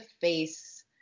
face